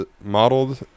modeled